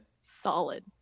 Solid